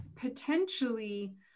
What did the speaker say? potentially